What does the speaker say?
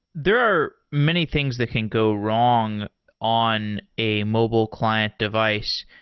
there are many things that can go wrong on a mobile client device.